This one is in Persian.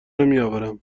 نمیآورم